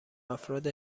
افراد